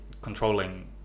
controlling